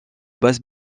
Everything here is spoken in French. basse